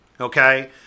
okay